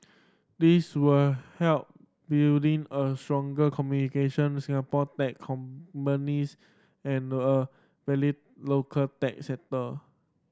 this will help building a stronger communication Singapore tech companies and a valley local tech sector